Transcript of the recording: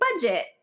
budget